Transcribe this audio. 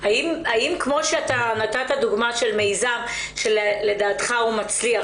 האם כמו שנתת דוגמא של מיזם שלדעתך הוא מצליח,